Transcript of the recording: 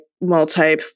multi